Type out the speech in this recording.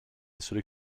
seule